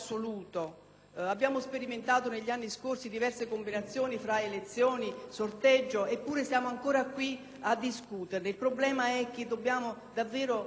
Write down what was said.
abbiamo sperimentato negli anni scorsi diverse combinazioni fra elezioni e sorteggio, eppure siamo ancora qui a discuterne. Il problema è che dobbiamo davvero